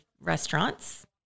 restaurants